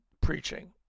preaching